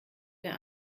der